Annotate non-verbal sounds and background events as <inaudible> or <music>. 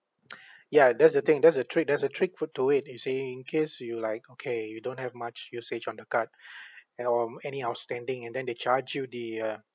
<noise> ya that's the thing there's a trick there's a trick put to it you see in case you like okay you don't have much usage on the card a~ um any outstanding and then they charge you the uh